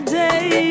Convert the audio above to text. day